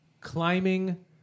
climbing